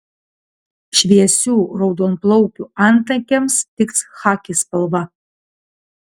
šviesių raudonplaukių antakiams tiks chaki spalva